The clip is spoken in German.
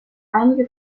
einige